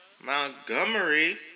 Montgomery